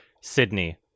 Sydney